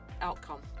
outcome